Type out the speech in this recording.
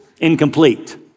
incomplete